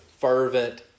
fervent